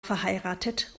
verheiratet